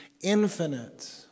infinite